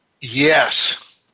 yes